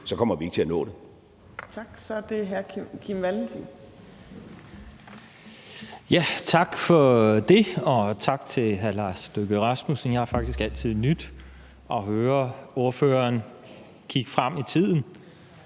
Så er det hr. Kim Valentin. Kl. 20:07 Kim Valentin (V): Tak for det, og tak til hr. Lars Løkke Rasmussen. Jeg har faktisk altid nydt at høre ordføreren kigge frem i tiden,